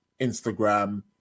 Instagram